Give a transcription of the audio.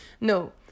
no